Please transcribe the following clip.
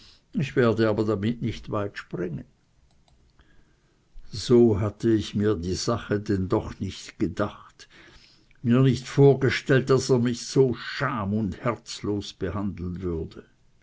ich werde aber nicht weit damit springen so hatte ich mir die sache denn doch nicht gedacht mir nicht vorgestellt daß er mich so scham und herzlos behandeln würde